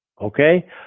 Okay